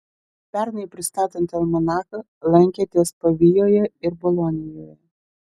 pernai pristatant almanachą lankėtės pavijoje ir bolonijoje